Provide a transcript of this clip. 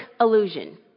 illusion